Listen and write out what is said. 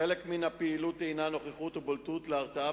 חלק מן הפעילות הינה נוכחות ובולטות להרתעה,